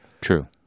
True